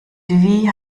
wie